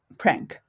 prank